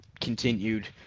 continued